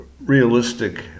realistic